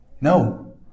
No